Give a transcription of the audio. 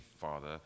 father